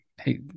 Hey